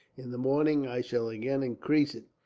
in the morning i shall again increase it,